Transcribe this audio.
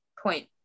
point